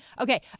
okay